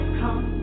come